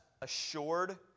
assured